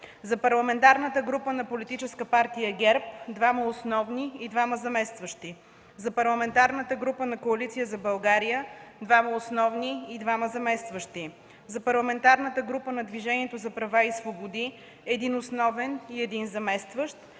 за Парламентарната група на Политическа партия ГЕРБ – 2 основни и 2 заместващи; - за Парламентарната група на Коалиция за България – 2 основни и 2 заместващи; - за Парламентарната група на Движението за права и свободи – 1 основен и 1 заместващ;